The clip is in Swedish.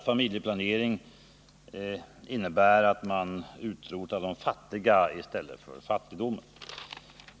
Familjeplanering innebär att man utrotar de fattiga i stället för fattigdomen, säger hon.